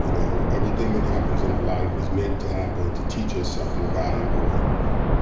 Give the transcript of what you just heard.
you know, everything that happens in our life is meant to happen to teach us something valuable. and